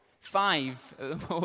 Five